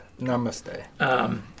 Namaste